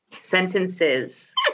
sentences